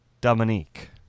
Dominique